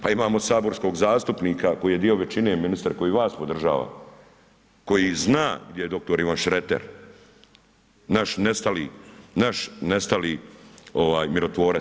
Pa imamo saborskog zastupnika koji je dio većine ministre koji vas podržava, koji zna gdje je dr. Ivan Šreter naš nestali mirotvorac.